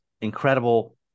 incredible